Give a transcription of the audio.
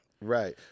Right